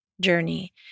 journey